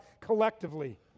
collectively